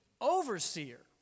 overseer